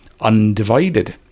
undivided